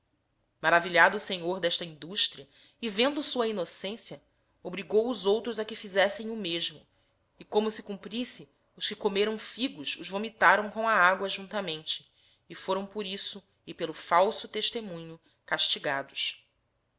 maravilhado o senhor desta industria e vendo sua innocencia obrigou os outros a que fizessem o mesmo e como se cumprisse os que comerão figos os vomitarão com a agua juntamente e forão por isso e pelo falso testemunho castigados